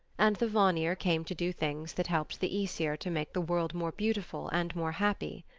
and the vanir came to do things that helped the aesir to make the world more beautiful and more happy.